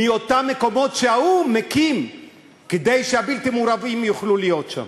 מאותם מקומות שהאו"ם מקים כדי שהבלתי-מעורבים יוכלו להיות שם.